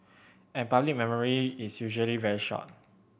and public memory is usually very short